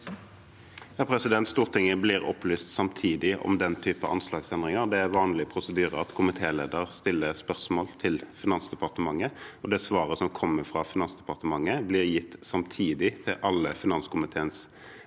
(A) Stortinget blir opplyst samtidig om den typen anslagsendringer. Det er vanlig prosedyre at komitélederen stiller spørsmål til Finansdepartementet, og det svaret som kommer fra Finansdepartementet, blir gitt samtidig til alle finanskomi teens